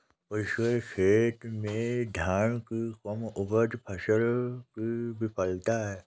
उसके खेत में धान की कम उपज फसल की विफलता है